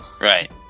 right